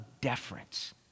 deference